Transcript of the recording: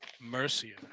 Mercier